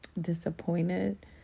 disappointed